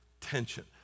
Tension